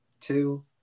two